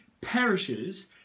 perishes